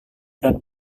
dan